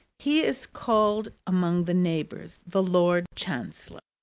he is called among the neighbours the lord chancellor.